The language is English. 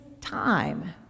time